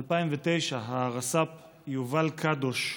2009. הרס"פ יובל קדוש,